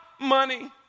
money